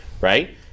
right